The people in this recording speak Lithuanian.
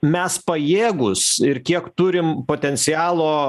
mes pajėgūs ir kiek turim potencialo